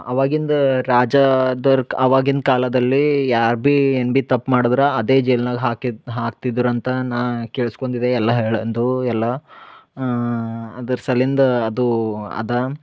ಅವಾಗಿಂದ ರಾಜಾದರ್ಕ್ ಅವಾಗಿನ ಕಾಲದಲ್ಲಿ ಯಾರು ಬಿ ಏನು ಬಿ ತಪ್ಪು ಮಾಡಿದ್ರ ಅದೇ ಜೇಲ್ನಾಗ ಹಾಕಿದ್ ಹಾಕ್ತಿದ್ರು ಅಂತ ನಾ ಕೇಳ್ಸ್ಕೊಂಡಿದ್ದೆ ಎಲ್ಲ ಹೇಳಿ ಅಂದು ಎಲ್ಲ ಅದ್ರ ಸಲಿಂದ ಅದು ಅದು